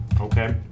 Okay